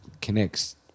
connects